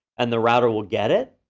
and the router will get it,